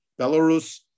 Belarus